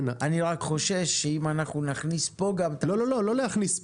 אני רק חושש שאם אנחנו נכניס פה גם את העסקים,